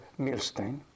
Milstein